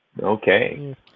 Okay